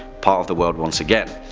part of the world once again.